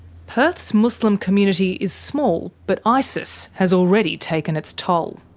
perth's muslim community is small, but isis has already taken its toll.